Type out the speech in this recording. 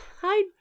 Hi